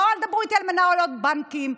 אל תדברו איתי על מנהלות בנקים,